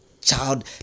child